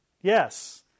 Yes